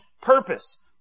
purpose